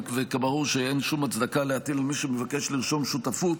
ברור שאין שום הצדקה להטיל נטל כבד יותר על מי שמבקש לרשום שותפות,